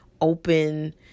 open